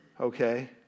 Okay